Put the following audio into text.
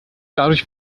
dadurch